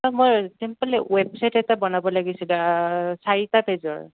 হয় মই simply website এটা বনাব লাগিছিলে চাৰিটা পেজৰ